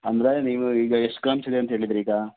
ಅಂದರೆ ನೀವು ಈಗ ಎಷ್ಟು ಗ್ರಾಮ್ಸ್ ಇದೆ ಅಂತ ಹೇಳಿದ್ರಿ ಈಗ